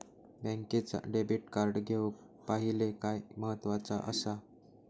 बँकेचा debit card घेउक पाहिले काय महत्वाचा असा?